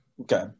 Okay